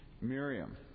Miriam